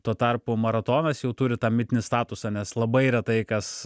tuo tarpu maratonas jau turi tą mitinį statusą nes labai retai kas